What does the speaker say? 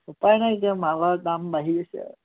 উপায় নাই এতিয়া মালৰ দাম বাঢ়িছে আৰু